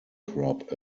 crop